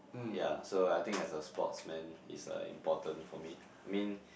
ya so I think as a sportsman it's uh important for me I mean